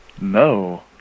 No